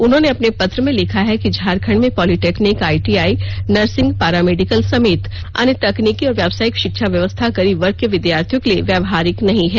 उन्होंने अपने पत्र में लिखा है कि झारखंड में पॉलिटेक्निक आईटीआई नर्सिंग पारामेडिकल समेत अन्य तकनीकी और व्यवसायिक शिक्षा व्यवस्था गरीब वर्ग के विद्यार्थियों के लिए व्यावहारिक नहीं है